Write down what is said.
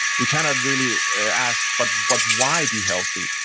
we cannot really ask, but but why be healthy?